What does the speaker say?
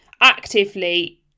actively